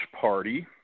party